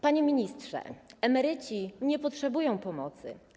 Panie ministrze, emeryci nie potrzebują pomocy.